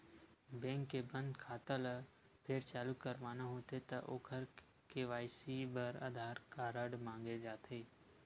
bank के बंद खाता ल फेर चालू करवाना होथे त ओखर के.वाई.सी बर आधार कारड मांगे जाथे